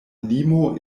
limo